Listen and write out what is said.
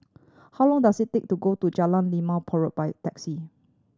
how long does it take to go to Jalan Limau Purut by taxi